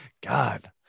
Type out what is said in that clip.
God